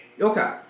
okay